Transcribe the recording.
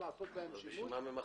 אז בשביל מה ממחזרים?